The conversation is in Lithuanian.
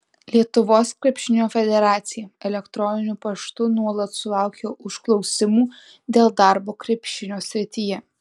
lietuvos krepšinio federacija elektroniniu paštu nuolat sulaukia užklausimų dėl darbo krepšinio srityje